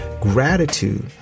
Gratitude